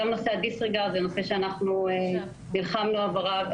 גם נושא ה-disregard הוא נושא שאנחנו נלחמנו עבורו.